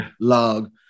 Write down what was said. log